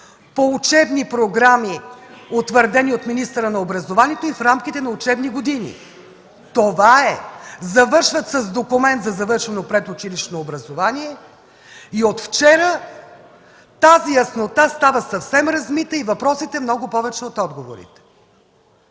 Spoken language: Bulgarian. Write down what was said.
по учебни програми, утвърдени от министъра на образованието, и в рамките на учебни години. Това е! Завършва с документ за предучилищно образование. От вчера тази яснота става съвсем размита и въпросите много повече от отговорите.